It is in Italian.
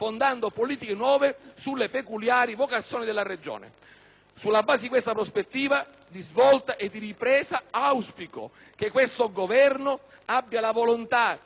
Sulla base di questa prospettiva di svolta e di ripresa, auspico che questo Governo abbia la volontà e la forza di mettere la parola fine alla storia infinita